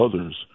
others